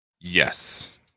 Yes